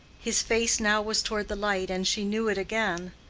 his face now was toward the light, and she knew it again.